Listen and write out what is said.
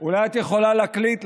אולי את יכולה להקליט,